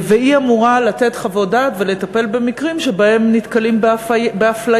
והיא אמורה לתת חוות דעת ולטפל במקרים שבהם נתקלים באפליה,